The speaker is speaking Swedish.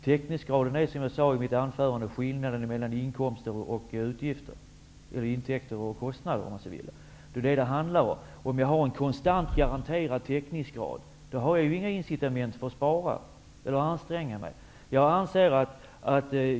Täckningsgraden är skillnaden mellan inkomster och utgifter -- eller intäkter och kostnader. Med en konstant garanterad täckningsgrad finns inga incitament för att spara eller att anstränga sig.